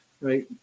right